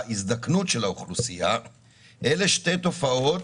ההזדקנות של האוכלוסייה אלה שתי תופעות